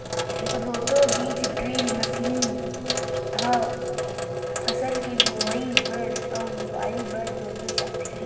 roto बीज drill machine ह फसल के बोवई बर अउ लुवाई बर बउरे जाथे